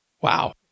wow